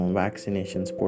vaccinations